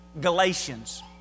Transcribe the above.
Galatians